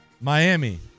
Miami